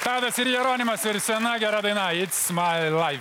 tadas ir jeronimas ir sena gera daina its mai laif